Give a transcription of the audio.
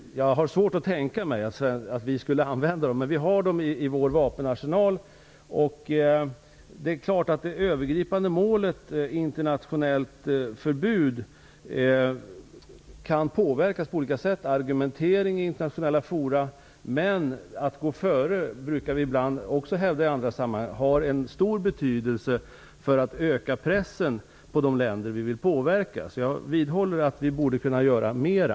Vi har sådana i vår vapenarsenal, men jag har svårt att tänka mig att vi skulle använda dem. Det övergripande målet ett internationellt förbud kan uppnås på olika sätt, t.ex. genom argumentering i internationella fora. Men att gå före brukar också ibland ha stor betydelse för att öka pressen på de länder som vi vill påverka. Jag vidhåller alltså att vi borde kunna göra mera.